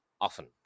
often